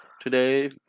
today